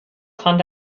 fand